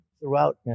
throughout